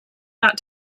that